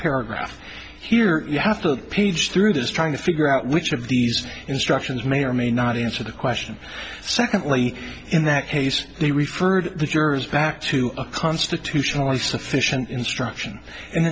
paragraph here you have to page through this trying to figure out which of these instructions may or may not answer the question secondly in that case they referred the jurors back to a constitutionally sufficient instruction